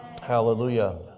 Hallelujah